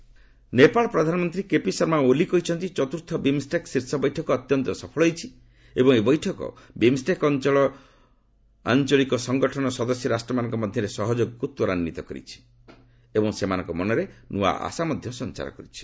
BIMSTEC Nepal ପ୍ରଧାନମନ୍ତ୍ରୀ K P Sharma Oli କହିଛନ୍ତି ଚତ୍ର୍ଥ ବିମ୍ଷେକ୍ ଶୀର୍ଷ ବୈଠକ ଅତ୍ୟନ୍ତ ସଫଳ ହୋଇଛି ଏବଂ ଏହି ବୈଠକ ବିମ୍ଷେକ୍ ଆଞ୍ଚଳିକ ସଙ୍ଗଠନର ସଦସ୍ୟ ରାଷ୍ଟ୍ରମାନଙ୍କ ମଧ୍ୟରେ ସହଯୋଗକୁ ତ୍ୱରାନ୍ୱିତ କରିଛି ଏବଂ ସେମାନଙ୍କ ମନରେ ନୂଆ ଆଶା ସଞ୍ଚାର କରିଛି